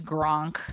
Gronk